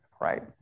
right